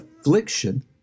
affliction